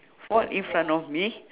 fall in front of me